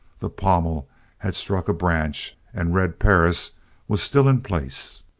the pommel had struck a branch and red perris was still in place.